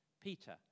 Peter